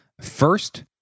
First